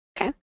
Okay